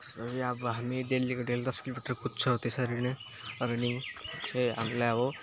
जस्तो कि अब हामी डेलीको डेली दस किलोमिटर कुद्छौँ त्यसरी नै रनिङ फेरि हामीलाई अब